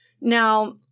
Now